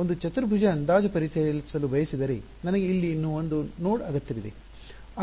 ಒಂದು ಚತುರ್ಭುಜ ಅಂದಾಜು ಪರಿಚಯಿಸಲು ಬಯಸಿದರೆ ನನಗೆ ಇಲ್ಲಿ ಇನ್ನೂ ಒಂದು ನೋಡ್ ಅಗತ್ಯವಿದೆ